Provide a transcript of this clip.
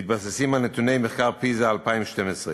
מתבססים על נתוני מחקר פיז"ה 2012,